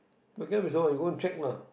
my cap is on you go and check lah